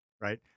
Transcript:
Right